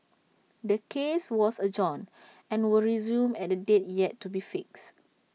the case was adjourned and will resume at A date yet to be fixed